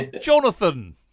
Jonathan